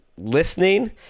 listening